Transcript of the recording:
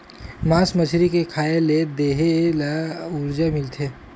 मास मछरी के खाए ले देहे ल उरजा मिलथे